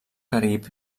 carib